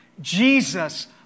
Jesus